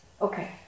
Okay